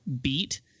beat